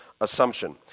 assumption